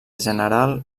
general